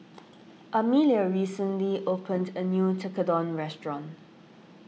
Amelia recently opened a new Tekkadon restaurant